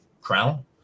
crown